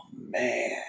man